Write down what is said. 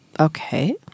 Okay